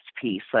piece